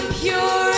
pure